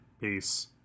Peace